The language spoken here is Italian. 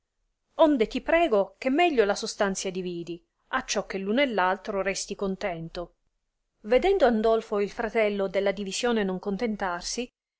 onde ti prego che meglio la sostanzia dividi acciò che r uno e r altro resti contento vedendo andolfo il fratello della divisione non contentarsi